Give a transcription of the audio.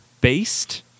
based